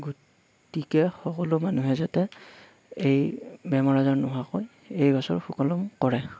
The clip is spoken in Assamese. গতিকে সকলো মানুহে যাতে এই বেমাৰ আজাৰ নোহোৱাকৈ এই গেছৰ সুকলমে কৰে